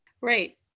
Right